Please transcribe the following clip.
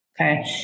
Okay